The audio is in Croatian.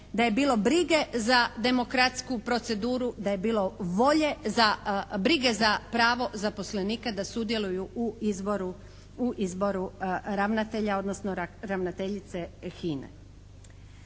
da je bilo brige za demokratsku proceduru, da je bilo volje za, brige za pravo zaposlenika da sudjeluju u izboru ravnatelja, odnosno ravnateljice HINA-e.